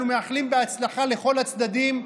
אנחנו מאחלים הצלחה לכל הצדדים,